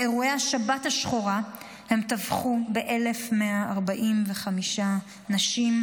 באירועי השבת השחורה הם טבחו 1,145 נשים,